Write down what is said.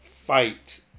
fight